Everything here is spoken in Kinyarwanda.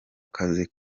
akazi